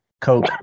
Coke